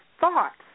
thoughts